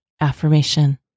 AFFIRMATION